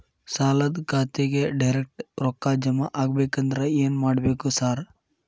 ಸಾಲದ ಖಾತೆಗೆ ಡೈರೆಕ್ಟ್ ರೊಕ್ಕಾ ಜಮಾ ಆಗ್ಬೇಕಂದ್ರ ಏನ್ ಮಾಡ್ಬೇಕ್ ಸಾರ್?